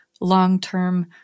long-term